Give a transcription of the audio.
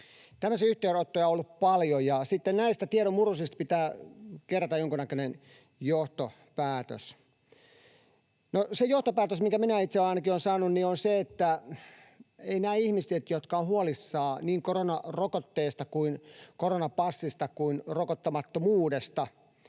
Tällaisia yhteydenottoja on ollut paljon, ja sitten näistä tiedonmurusista pitää kerätä jonkunnäköinen johtopäätös. No, se johtopäätös, minkä minä itse ainakin olen saanut, on se, ettei näistä ihmisistä, jotka ovat huolissaan niin koronarokotteesta, koronapassista kuin rokottamattomuudestakin,